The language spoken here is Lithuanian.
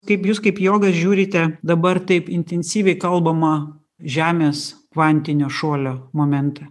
kaip jūs kaip jogas žiūrite dabar taip intensyviai kalbama žemės kvantinio šuolio momentą